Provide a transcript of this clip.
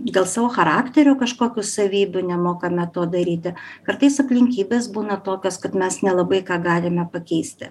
gal savo charakterio kažkokių savybių nemokame to daryti kartais aplinkybės būna tokios kad mes nelabai ką galime pakeisti